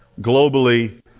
globally